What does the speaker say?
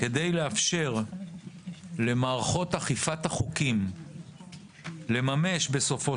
כדי לאפשר למערכות אכיפת החוקים לממש בסופו